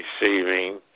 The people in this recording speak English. receiving